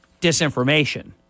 disinformation